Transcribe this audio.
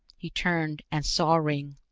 he turned and saw ringg,